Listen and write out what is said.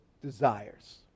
desires